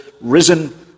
risen